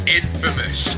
infamous